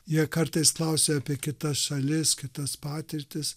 jie kartais klausia apie kitas šalis kitas patirtis